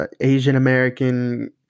Asian-American